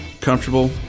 comfortable